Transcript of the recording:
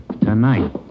tonight